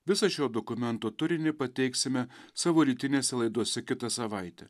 visą šio dokumento turinį pateiksime savo rytinėse laidose kitą savaitę